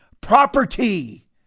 property